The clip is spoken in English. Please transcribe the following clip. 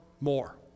more